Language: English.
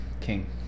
King